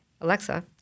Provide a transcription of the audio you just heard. Alexa